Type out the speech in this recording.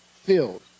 filled